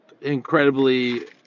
incredibly